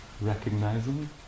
recognizing